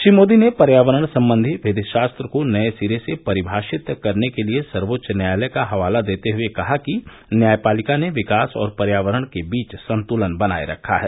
श्री मोदी ने पर्यावरण संबंधी विधिशास्त्र को नए सिरे से परिभाषित करने के लिए सर्वोच्च न्यायालय का हवाला देते हुए कहा कि न्यायपालिका ने विकास और पर्यावरण के बीच संतुलन बनाये रखा है